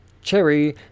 Cherry